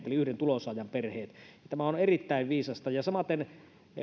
eli yhden tulonsaajan perheille ja tämä on erittäin viisasta samaten